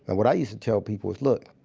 and what i used to tell people was, look,